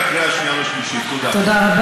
תודה,